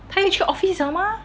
他要去 office 了 mah